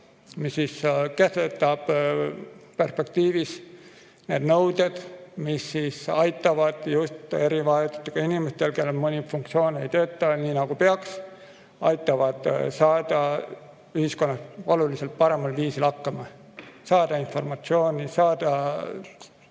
mis kehtestab perspektiivis nõuded, mis aitavad just erivajadustega inimestel, kellel mõni funktsioon ei tööta nii, nagu peaks, saada ühiskonnas oluliselt paremal viisil hakkama, saada informatsiooni, saada